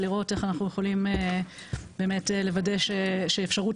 ולראות איך אנחנו יכולים לוודא שאפשרות